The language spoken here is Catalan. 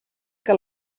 que